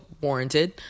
warranted